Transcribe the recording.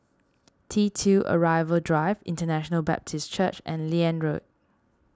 T two Arrival Drive International Baptist Church and Liane Road